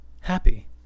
happy